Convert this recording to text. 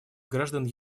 граждан